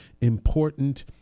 important